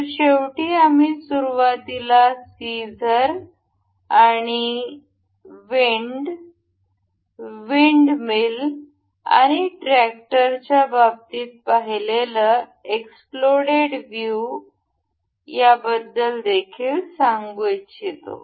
तर शेवटी आम्ही सुरुवातीला सीझर विंड आणि विंड मिल आणि ट्रॅक्टरच्या बाबतीत पाहिलेलं एक्स्प्लोडेड व्ह्यू बद्दल देखील सांगू इच्छितो